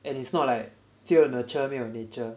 and it's not like 只有 nurture 没有 nature